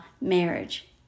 marriage